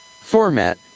Format